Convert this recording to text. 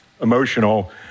emotional